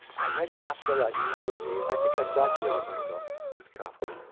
i read kafka like crazy. i think i saturated myself with kafka.